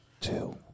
Two